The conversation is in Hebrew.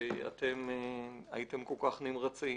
שאתם הייתם כל כך נמרצים